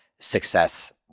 success